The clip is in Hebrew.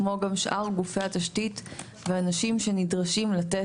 כמו גם שאר גופי התשתית ואנשים שנדרשים לתת,